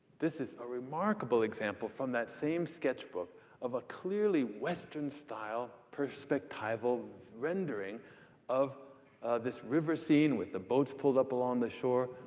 this is a remarkable example from that same sketchbook of a clearly western-style perspectival rendering of this river scene, with the boats pulled up along the shore.